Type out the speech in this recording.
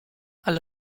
allo